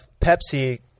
Pepsi